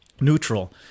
neutral